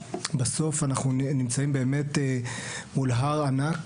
בסוף אנחנו נמצאים באמת מול הר ענק,